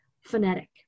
phonetic